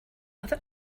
other